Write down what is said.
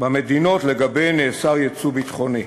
במדינות שלגביהן נאסר לייצא יצוא ביטחוני.